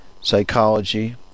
psychology